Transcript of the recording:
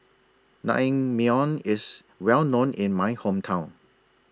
Naengmyeon IS Well known in My Hometown